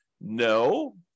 No